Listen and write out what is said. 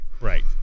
Right